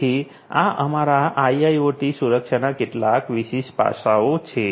તેથી આ અમારા આઈઆઈઓટી સુરક્ષાના કેટલાક વિશિષ્ટ પાસાંઓ છે